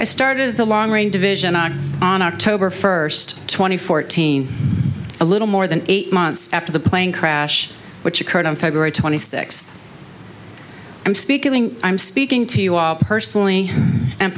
i started the long range division on october first two thousand and fourteen a little more than eight months after the plane crash which occurred on february twenty sixth i'm speaking i'm speaking to you all personally and